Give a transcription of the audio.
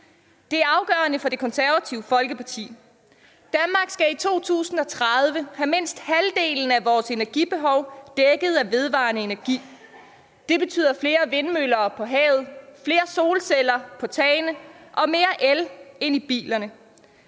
Det er afgørende for Det Konservative Folkeparti. Danmark skal i 2030 have mindst halvdelen af vores energibehov dækket af vedvarende energi. Det betyder flere vindmøller på havet, flere solceller på tagene og mere el ind i bilerne.